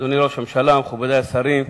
אדוני ראש הממשלה, מכובדי השרים,